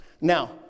Now